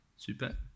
Super